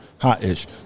Hot-ish